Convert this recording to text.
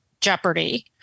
jeopardy